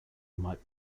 might